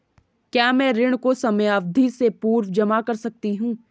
क्या मैं ऋण को समयावधि से पूर्व जमा कर सकती हूँ?